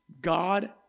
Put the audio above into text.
God